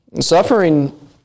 Suffering